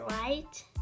right